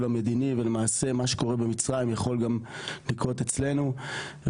המדיני ולמעשה מה שקורה במצרים יכול גם לקרות אצלנו.